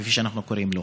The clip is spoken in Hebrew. כפי שאנחנו קוראים לו.